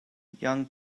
young